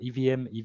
EVM